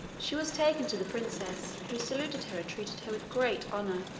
she was taken to the princess, who saluted her and treated her with great honor.